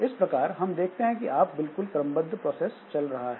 इस प्रकार हम देखते हैं कि यहाँ बिल्कुल क्रमबद्ध प्रोसेस चल रहा है